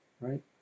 right